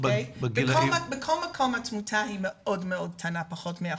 בכל מקום התמותה היא מאוד קטנה, פחות מ-1%.